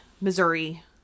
Missouri